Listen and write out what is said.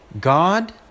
God